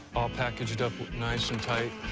packaged up looked nice and tight.